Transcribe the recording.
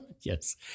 Yes